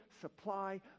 supply